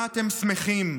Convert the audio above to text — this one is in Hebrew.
על מה אתם שמחים?